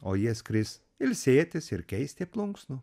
o jie skris ilsėtis ir keisti plunksnų